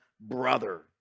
brother